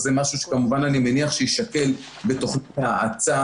וזה משהו שכמובן יישקל בתוכנית האצה